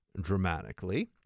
dramatically